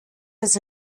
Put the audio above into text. das